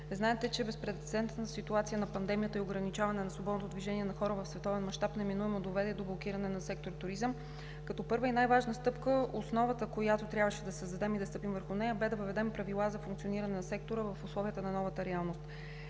Знаете, че безпрецедентната ситуация на пандемията и ограничаването на свободното движение на хора в световен мащаб, неминуемо доведе до блокирането на сектор „Туризъм“. Като първа и най-важна стъпка – основата, която трябваше да създадем и да стъпим върху нея, беше да въведем правила за функционирането на сектора в условията на новата реалност.